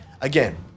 again